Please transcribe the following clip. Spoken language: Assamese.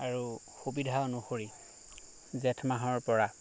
আৰু সুবিধা অনুসৰি জেঠ মাহৰ পৰা